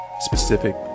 specific